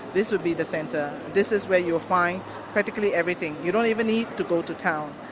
this would be the centre. this is where you'll find practically everything. you don't even need to go to town,